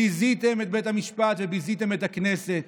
ביזיתם את בית המשפט וביזיתם את הכנסת.